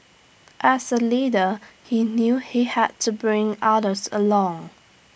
as A leader he knew he had to bring others along